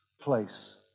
place